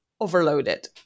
overloaded